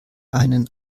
einen